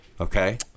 Okay